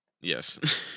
Yes